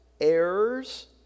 errors